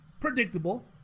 predictable